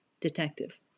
Detective